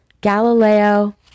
Galileo